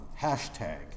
hashtag